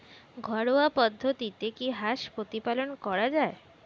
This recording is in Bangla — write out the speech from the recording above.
ঘরোয়া পদ্ধতিতে কি হাঁস প্রতিপালন করা যায়?